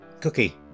Cookie